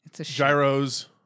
Gyro's